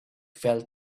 fell